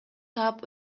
таап